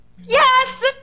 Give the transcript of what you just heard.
Yes